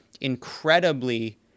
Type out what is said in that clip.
incredibly